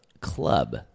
Club